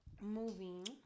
moving